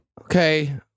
okay